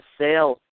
sales